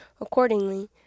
Accordingly